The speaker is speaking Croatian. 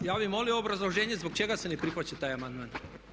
Pa ja bih molio obrazloženje zbog čega se ne prihvaća taj amandman.